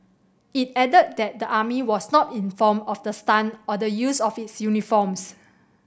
it added that the army was not informed of the stunt or the use of its uniforms